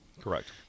Correct